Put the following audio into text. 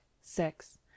six